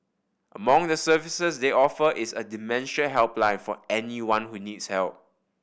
among the services they offer is a dementia helpline for anyone who needs help